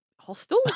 hostel